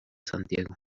santiago